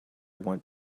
want